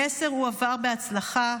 המסר הועבר בהצלחה.